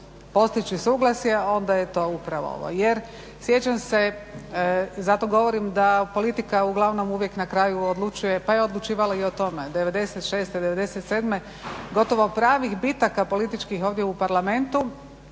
postići suglasje onda je to upravo ovo. Jer sjećam se zato govorim da politika uglavnom uvijek na kraju odlučuje pa je odlučivala i o tome, 96., 97. gotovo pravih bitaka političkih ovdje u Parlamentu